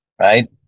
right